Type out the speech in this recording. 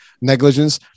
negligence